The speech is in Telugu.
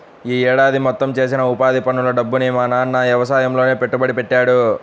యీ ఏడాది మొత్తం చేసిన ఉపాధి పనుల డబ్బుని మా నాన్న యవసాయంలోనే పెట్టుబడి పెట్టాడు